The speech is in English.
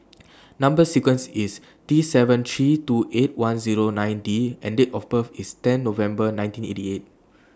Number sequences IS T seven three two eight one Zero nine D and Date of birth IS tenth November nineteen eighty eight